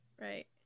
Right